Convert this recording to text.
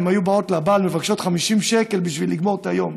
הן היו באות לבעל ומבקשות 50 שקל בשביל לגמור את היום.